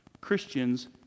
Christians